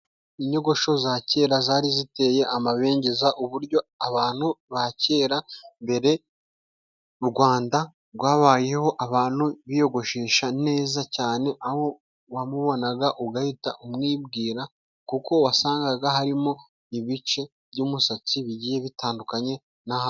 Inyogosho za kera zari ziteye amabengeza, uburyo abantu ba kera mbere u Rwanda rwabayeho, abantu biyogoshesha neza cyane, aho wamubonaga ugahita umwibwira kuko wasangaga harimo ibice by'umusatsi bigiye bitandukanye n'ahandi.